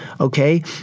Okay